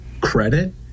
credit